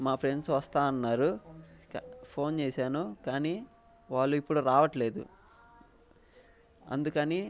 మా ఫ్రెండ్స్ వస్తా అన్నారు ఫోన్ చేశాను కానీ వాళ్ళు ఇప్పుడు రావట్లేదు అందుకని